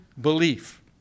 belief